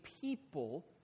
people